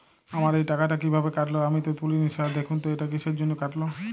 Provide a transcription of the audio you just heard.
আমার এই টাকাটা কীভাবে কাটল আমি তো তুলিনি স্যার দেখুন তো এটা কিসের জন্য কাটল?